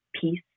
peace